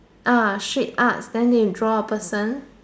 ah street arts then they draw a person